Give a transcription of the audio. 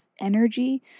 energy